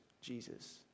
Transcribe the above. Jesus